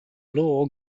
law